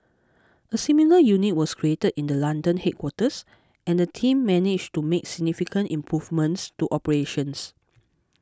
a similar unit was created in the London headquarters and the team managed to make significant improvements to operations